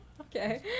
Okay